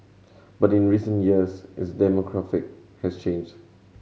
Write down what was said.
but in recent years its demographic has changed